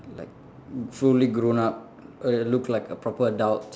like fully grown up err look like a proper adult